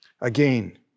Again